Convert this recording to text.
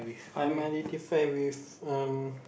I'm identify with um